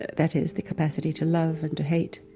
that that is, the capacity to love and to hate,